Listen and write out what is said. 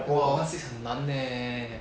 !wah! one six 很难 leh